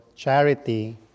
charity